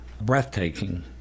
breathtaking